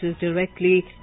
directly